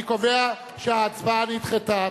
אני קובע שההצבעה נדחתה.